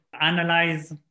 analyze